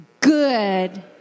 good